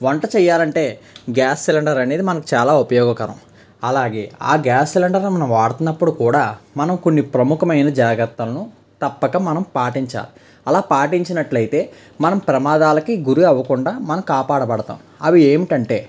వంట చేయాలంటే gas cylinder అనేది మనకు చాలా ఉపయోగకరం అలాగే ఆ గ్యాస్ సిలిండర్ని మనం వాడుతున్నపుడు కూడా మనం కొన్ని ప్రముఖమైన జాగ్రత్తలను తప్పక మనం పాటించాలి అలా పాటించినట్లయితే మనం ప్రమాదాలకి గురి అవ్వకుండా మనం కాపాడబడతాం అవి ఏమిటంటే